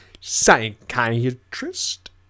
psychiatrist